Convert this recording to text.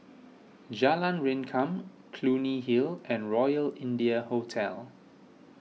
Jalan Rengkam Clunny Hill and Royal India Hotel